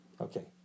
Okay